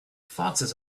foxes